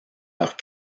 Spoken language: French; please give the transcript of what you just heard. leurs